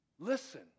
Listen